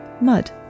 mud